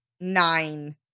nine